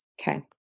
Okay